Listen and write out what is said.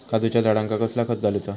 काजूच्या झाडांका कसला खत घालूचा?